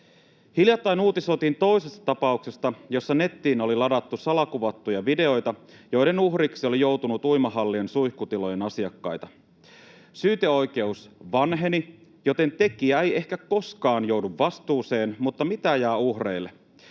Hiljattain uutisoitiin toisesta tapauksesta, jossa nettiin oli ladattu salakuvattuja videoita, joiden uhreiksi on joutunut uimahallin suihkutilojen asiakkaita. Syyteoikeus vanheni, joten tekijä ei ehkä koskaan joudu vastuuseen, mutta mitä jää uhreille?